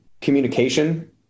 communication